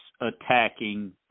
attacking